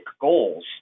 goals